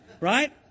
Right